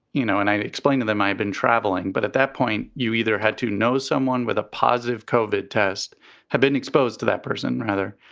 you know, and i explained to them i had been traveling. but at that point you either had to know someone with a positive kovik test had been exposed to that person, rather,